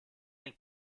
nel